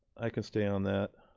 i can stay on that.